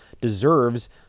deserves